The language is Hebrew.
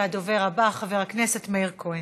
הדובר הבא, חבר הכנסת מאיר כהן.